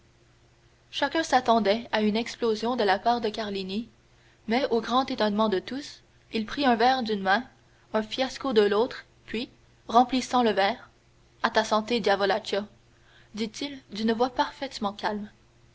chacun s'attendait à une explosion de la part de carlini mais au grand étonnement de tous il prit un verre d'une main un fiasco de l'autre puis remplissant le verre à ta santé diavolaccio dit-il d'une voix parfaitement calme